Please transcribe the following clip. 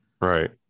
Right